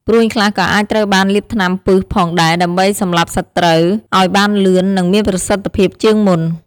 ព្រួញខ្លះក៏អាចត្រូវបានលាបថ្នាំពិសផងដែរ ដើម្បីសម្លាប់សត្រូវឱ្យបានលឿន និងមានប្រសិទ្ធភាពជាងមុន។